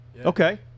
Okay